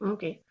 Okay